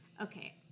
Okay